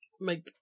make